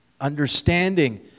understanding